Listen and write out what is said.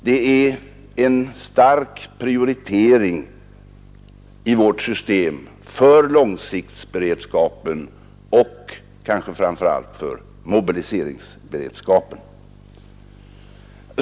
Det är en stark prioritering i vårt system för långsiktsberedskapen och kanske framför allt för mobiliseringsberedskapen.